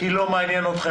כי אף אחד לא מעניין אתכם?